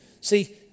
See